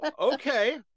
okay